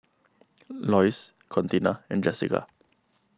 Lois Contina and Jesica